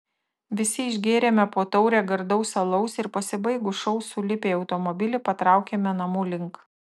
visi išgėrėme po taurę gardaus alaus ir pasibaigus šou sulipę į automobilį patraukėme namų link